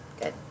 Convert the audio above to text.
Good